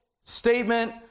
statement